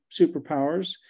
superpowers